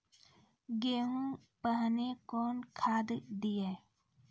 गेहूँ पहने कौन खाद दिए?